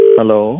Hello